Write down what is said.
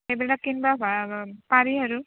সেইবিলাক কিনিব ভাল পাৰি আৰু